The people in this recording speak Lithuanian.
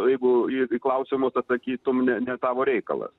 jeigu į į klausimus atsakytum ne ne tavo reikalas